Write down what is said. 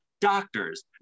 Doctors